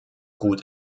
gut